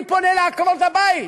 אני פונה לעקרות הבית